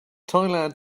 thailand